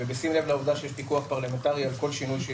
ובשים לב לעובדה שיש פיקוח פרלמנטרי על כל שינוי.